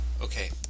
okay